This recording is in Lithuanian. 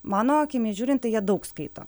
mano akimis žiūrint tai jie daug skaito